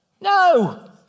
No